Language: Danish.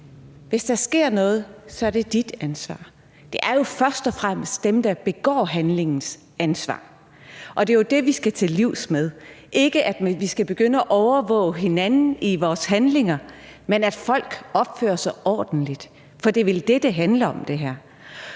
Hvis der sker noget, er det dit ansvar. Ansvaret tilhører jo først og fremmest dem, der begår handlingen. Det er jo det, vi skal til livs. Vi skal ikke begynde at overvåge hinanden i vores handlinger, men sikre, at folk opfører sig ordentligt. For det er vel det, det her handler om. Jeg